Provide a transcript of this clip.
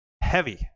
Heavy